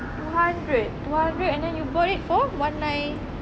two hundred two hundred and then you bought it for one nine